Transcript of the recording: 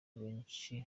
benshi